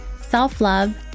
self-love